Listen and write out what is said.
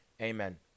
Amen